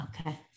Okay